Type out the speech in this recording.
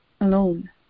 alone